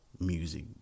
music